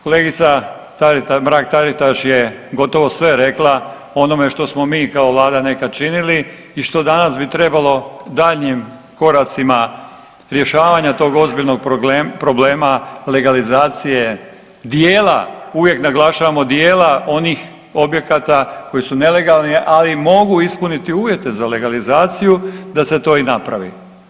Kolegica Mrak Taritaš je gotovo sve rekla o onome što smo mi kao vlada nekad činili i što danas bi trebalo daljnjim koracima rješavanja tog ozbiljnog problema legalizacije dijela, uvijek naglašavamo dijela onih objekata koji su nelegalni, ali mogu ispuniti uvjete za legalizaciju da se to i napravi.